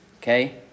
Okay